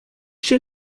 chez